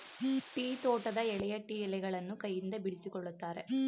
tea ತೋಟದ ಎಳೆಯ tea ಎಲೆಗಳನ್ನು ಕೈಯಿಂದ ಬಿಡಿಸಿಕೊಳ್ಳುತ್ತಾರೆ